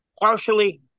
Partially